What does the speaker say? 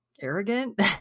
arrogant